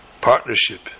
partnership